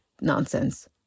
nonsense